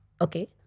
Okay